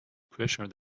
pressure